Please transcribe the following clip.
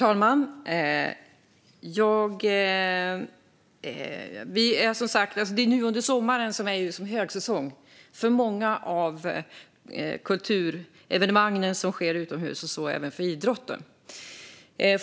Herr talman! Sommaren är ju högsäsong för många kulturevenemang och mycket idrott.